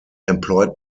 employed